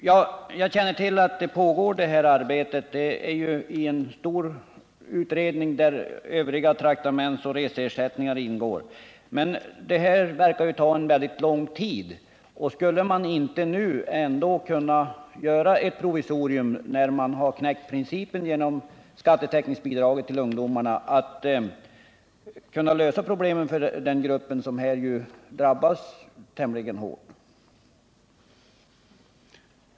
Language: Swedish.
Herr talman! Jag känner till att detta arbete pågår. Det ingår i en stor utredning där övriga traktamentsoch reseersättningar behandlas. Men denna utredning förefaller ta mycket lång tid. Skulle man inte ändå när man nu beslutat om införande av skatteutjämningsbidrag till ungdomarna också kunna tillämpa en sådan lösning för den här aktuella gruppen, som är tämligen hårt drabbad?